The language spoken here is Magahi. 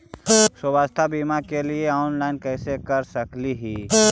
स्वास्थ्य बीमा के लिए ऑनलाइन कैसे कर सकली ही?